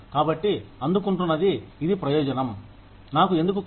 కాబట్టి అందుకుంటున్నది ఇది ప్రయోజనం నాకు ఎందుకు కాదు